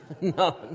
no